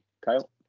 Kyle